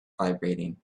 vibrating